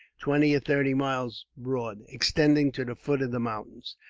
twenty or thirty miles broad, extending to the foot of the mountains.